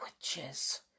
witches